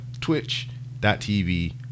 Twitch.tv